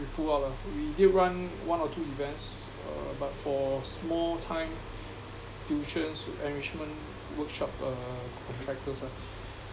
they pull out lah we did run one or two events uh but for small time tuition enrichment workshop uh contractors ah